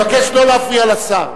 בבקשה, אני מבקש לא להפריע לשר.